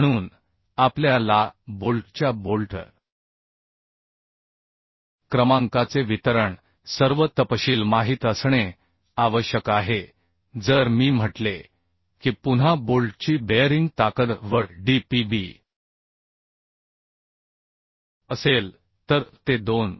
म्हणून आपल्या ला बोल्टच्या बोल्ट क्रमांकाचे वितरण सर्व तपशील माहित असणे आवश्यक आहे जर मी म्हटले की पुन्हा बोल्टची बेअरिंग ताकद V d Pb असेल तर ते 2